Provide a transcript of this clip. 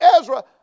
Ezra